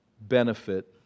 benefit